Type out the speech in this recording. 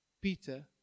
Peter